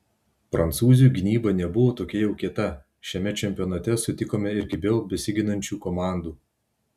prancūzių gynyba nebuvo tokia jau kieta šiame čempionate sutikome ir kibiau besiginančių komandų